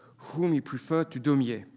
whom he preferred to daumier.